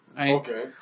Okay